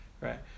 right